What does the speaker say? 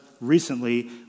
recently